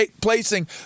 placing